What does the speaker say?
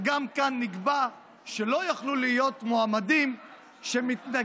וגם כאן נקבע שלא יוכלו להיות מועמדים שמתנגדים